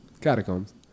Catacombs